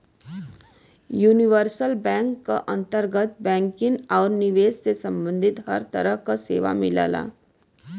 universal bank क अंतर्गत banking आउर निवेश से सम्बंधित हर तरह क सेवा मिलला